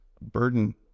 burden